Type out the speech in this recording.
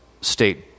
state